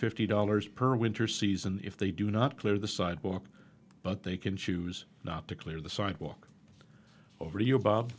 fifty dollars per winter season if they do not clear the sidewalk but they can choose not to clear the sidewalk over to you bob